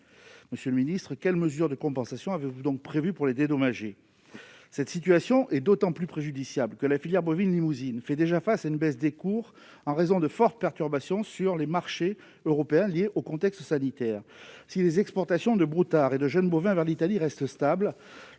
Monsieur le ministre, quelle mesure de compensation avez-vous donc prévue pour les dédommager ? Cette situation est d'autant plus préjudiciable que la filière bovine limousine fait déjà face à une baisse des cours, en raison de fortes perturbations sur les marchés européens liées au contexte sanitaire. Si les exportations de broutards et de jeunes bovins vers l'Italie restent stables,